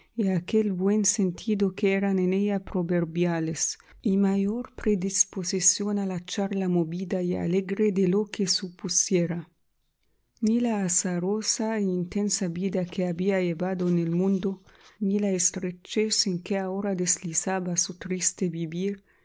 y aquel buen sentido que eran en ella proverbiales y mayor predisposición a la charla movida y alegre de lo que supusiera ni la azarosa e intensa vida que había llevado en el mundo ni la estrechez en que ahora deslizaba su triste vivir